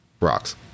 Rocks